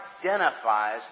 identifies